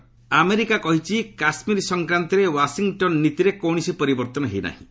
USA Kashmir America କହିଛି କାଶ୍ମୀର ସଂକ୍ରାନ୍ତରେ Washington ନୀତିରେ କୌଣସି ପରିବର୍ତ୍ତନ ହୋଇନାହିଁ